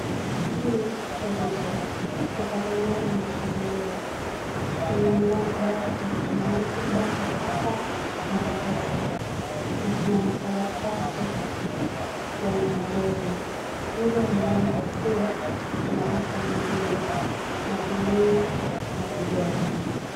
Hili ni Duka. Duka lenyewe limefunguliwa. Kwenye mlango wake, kumeandikwa " Bamba hapa Mpesa" na kuna makaratasi yameegezwa . Nje ya mlango huu kuna besheni mbili na gunia na kigoda